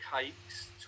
cakes